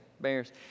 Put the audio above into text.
Bears